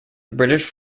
british